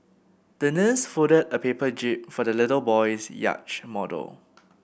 the nurse folded a paper jib for the little boy's yacht model